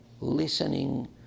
listening